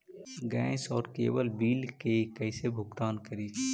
Gas और cable bill के कैसे भुगतान करी?